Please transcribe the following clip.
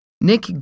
Nick